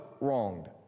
wronged